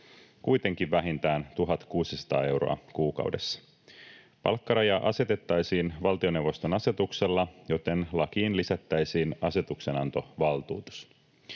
kuitenkin vähintään 1 600 euroa kuukaudessa. Palkkaraja asetettaisiin valtioneuvoston asetuksella, joten lakiin lisättäisiin asetuksenantovaltuutus.